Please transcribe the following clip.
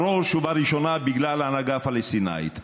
בראש ובראשונה בגלל ההנהגה הפלסטינית הרופסת,